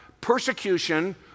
persecution